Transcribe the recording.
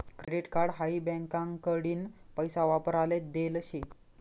credit card हाई बँकाकडीन पैसा वापराले देल शे